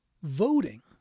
Voting